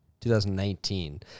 2019